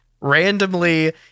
randomly